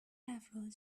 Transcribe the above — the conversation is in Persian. افراد